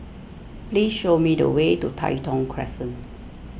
please show me the way to Tai Thong Crescent